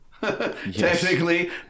technically